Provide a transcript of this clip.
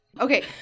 Okay